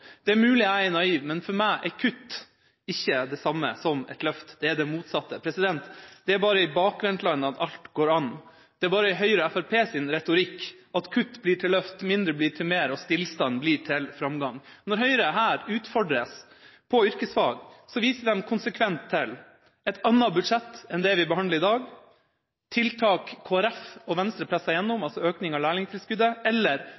Det er mulig jeg er naiv, men for meg er kutt ikke det samme som et løft, det er det motsatte. Det er bare «i bakvendtland» at alt går an. Det er bare i Høyre og Fremskrittspartiets retorikk at kutt blir til løft, mindre blir til mer, og stillstand blir til framgang. Når Høyre her utfordres på yrkesfag, viser de konsekvent til et annet budsjett enn det vi behandler i dag, til tiltak Kristelig Folkeparti og Venstre presset gjennom, altså økning av lærlingtilskuddet, eller